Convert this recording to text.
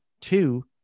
two